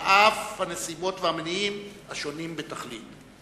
על אף הנסיבות והמניעים השונים בתכלית.